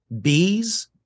bees